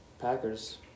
Packers